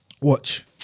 Watch